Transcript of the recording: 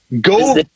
Go